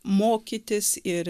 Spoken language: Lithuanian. mokytis ir